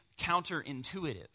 counterintuitive